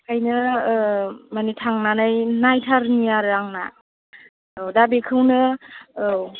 बेखायनो मानि थांनानै नायथारनि आरो आंना औ दा बेखौनो औ